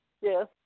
Yes